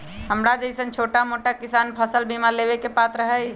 हमरा जैईसन छोटा मोटा किसान फसल बीमा लेबे के पात्र हई?